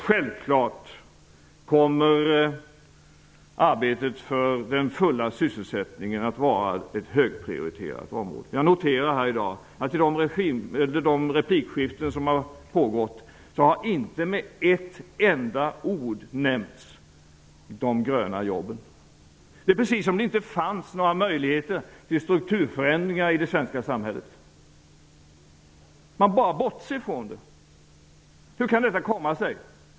Självfallet kommer arbetet för den fulla sysselsättningen att vara ett högprioriterat område. Jag har noterat att man i de replikskiften som pågått här i dag inte med ett enda ord har nämnt de ''gröna'' jobben. Det är precis som att det inte fanns några möjligheter till strukturförändringar i det svenska samhället. Man bara bortser från dem. Hur kan detta komma sig?